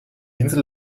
insel